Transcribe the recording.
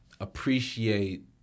appreciate